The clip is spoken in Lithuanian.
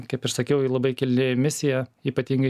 kaip ir sakiau ji labai kilni misija ypatingai